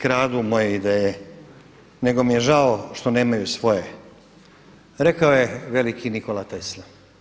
kradu moje ideje, nego mi je žao što nemaju svoje, rekao je veliki Nikola Tesla.